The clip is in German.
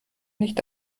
nicht